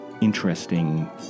interesting